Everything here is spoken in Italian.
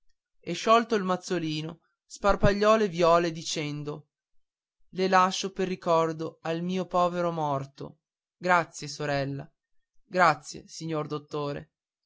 e sciolto il mazzolino sparpagliò le viole sul letto dicendo le lascio per ricordo al mio povero morto grazie sorella grazie signor dottore